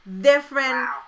different